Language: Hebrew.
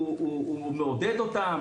שהוא מעודד אותם.